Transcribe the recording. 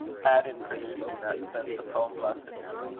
had in producing that sense of home-blessedness,